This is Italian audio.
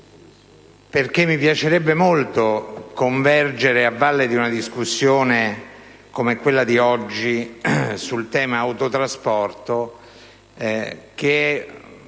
perché mi piacerebbe molto convergere, a valle di una discussione come quella di oggi, sul tema autotrasporto, che